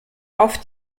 auf